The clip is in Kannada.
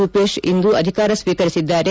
ರೂಪೇಶ್ ಇಂದು ಅಧಿಕಾರ ಸ್ವೀಕರಿಸಿದ್ದಾರೆ